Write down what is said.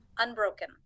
unbroken